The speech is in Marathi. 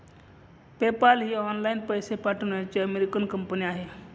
पेपाल ही ऑनलाइन पैसे पाठवण्याची अमेरिकन कंपनी आहे